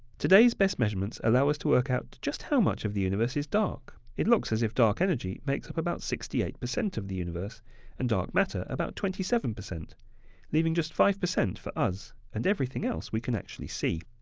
today's best measurements allow us to work out just how much of the universe is dark. it looks as if dark energy makes up about sixty eight percent of the universe and dark matter about twenty seven, leaving just five percent for us and everything else we can actually see.